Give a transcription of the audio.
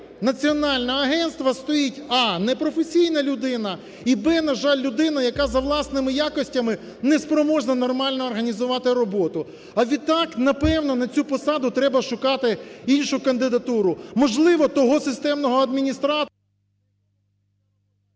Національного агентства стоїть: а) непрофесійна людина, і б) на жаль, людина, яка за власними якостями не спроможна нормально організувати роботу. А відтак напевно на цю посаду треба шукати іншу кандидатуру. Можливо, того системного адміністратора…